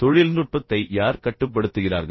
தொழில்நுட்பத்தை யார் கட்டுப்படுத்துகிறார்கள்